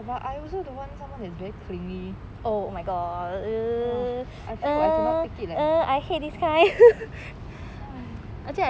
ya but I also don't want someone that is very clingy I feel I cannot take it leh